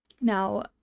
Now